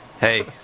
Hey